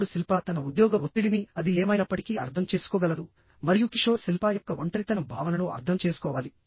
ఇప్పుడు శిల్పా తన ఉద్యోగ ఒత్తిడిని అది ఏమైనప్పటికీ అర్థం చేసుకోగలదు మరియు కిషోర్ శిల్పా యొక్క ఒంటరితనం భావనను అర్థం చేసుకోవాలి